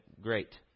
great